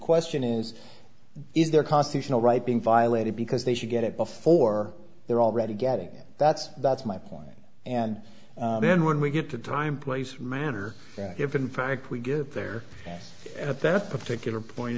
question is is their constitutional right being violated because they should get it before they're already getting that's that's my point and then when we get to the time place manner if in fact we give there at that particular point